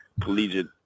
collegiate